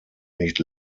nicht